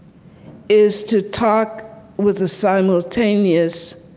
is to talk with the simultaneous